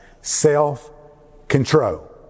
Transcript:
self-control